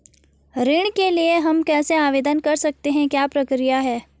ऋण के लिए हम कैसे आवेदन कर सकते हैं क्या प्रक्रिया है?